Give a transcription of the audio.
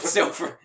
Silver